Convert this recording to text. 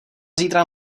zítra